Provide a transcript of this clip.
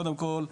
קודם כל,